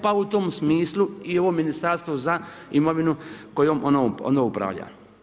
Pa u tom smislu i ovo ministarstvo za imovinu kojom ono upravlja.